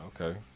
okay